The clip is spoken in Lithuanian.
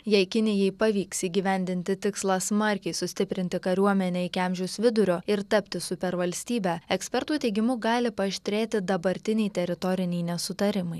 jei kinijai pavyks įgyvendinti tikslą smarkiai sustiprinti kariuomenę iki amžiaus vidurio ir tapti supervalstybe ekspertų teigimu gali paaštrėti dabartiniai teritoriniai nesutarimai